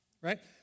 right